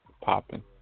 popping